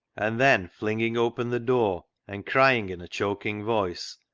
and then flinging open the door, and crying in a choking voice,